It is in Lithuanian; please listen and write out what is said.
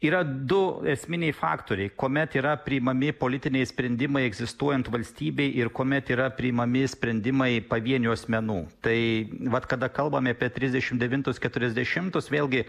yra du esminiai faktoriai kuomet yra priimami politiniai sprendimai egzistuojant valstybei ir kuomet yra priimami sprendimai pavienių asmenų tai vat kada kalbame apie trisdešim devintus keturiasdešimtus vėlgi